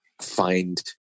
find